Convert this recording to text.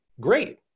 Great